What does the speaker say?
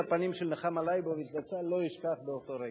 את הפנים של נחמה ליבוביץ זצ"ל לא אשכח באותו רגע.